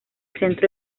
centro